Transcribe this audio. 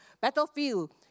battlefield